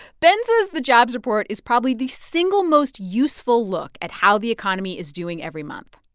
ben says the jobs report is probably the single most useful look at how the economy is doing every month,